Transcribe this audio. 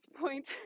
point